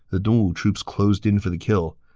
the dongwu troops closed in for the kill.